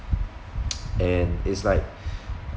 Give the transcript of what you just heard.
and it's like